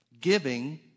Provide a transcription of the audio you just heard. Giving